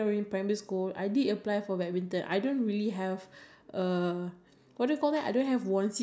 overnight I think if you going to go as a group or as family I think it is really